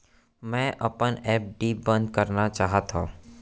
मै अपन एफ.डी बंद करना चाहात हव